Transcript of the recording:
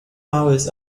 hours